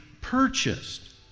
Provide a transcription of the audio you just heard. purchased